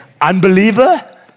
unbeliever